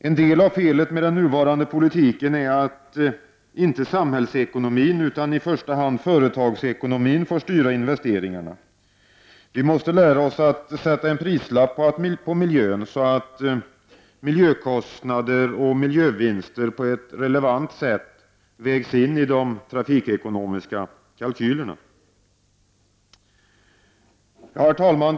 Ett av felen med den nuvarande politiken är att inte samhällsekonomin utan i första hand företagsekonomin får styra investeringarna. Vi måste lära oss att sätta en prislapp på miljön så att miljökostnader och miljövinster på ett relevant sätt vägs in i de trafikekonomiska kalkylerna. Herr talman!